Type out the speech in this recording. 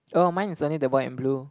oh mine is only the white and blue